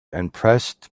impressed